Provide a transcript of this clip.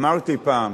אמרתי פעם: